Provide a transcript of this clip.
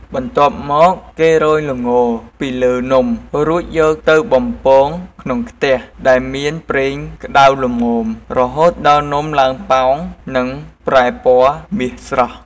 បន្ទាប់មក គេរោយល្ងពីលើនំ រួចយកទៅបំពងក្នុងខ្ទះដែលមានប្រេងក្តៅល្មម រហូតដល់នំឡើងប៉ោង និងប្រែពណ៌មាសស្រស់។